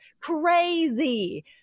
crazy